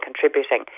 contributing